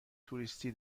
توریستی